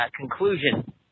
conclusion